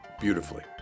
beautifully